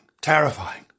Terrifying